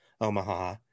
Omaha